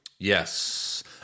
Yes